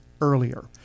earlier